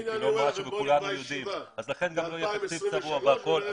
לא משהו ולכן גם לא יהיה תקציב קבוע,